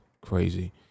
crazy